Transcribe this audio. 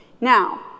now